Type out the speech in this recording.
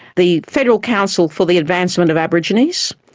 the federal council for the advancement of aborigines.